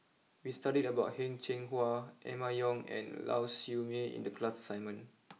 we studied about Heng Cheng Hwa Emma Yong and Lau Siew Mei in the class assignment